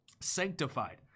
sanctified